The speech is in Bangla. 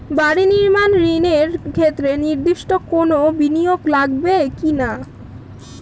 বাড়ি নির্মাণ ঋণের ক্ষেত্রে নির্দিষ্ট কোনো বিনিয়োগ লাগবে কি না?